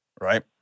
right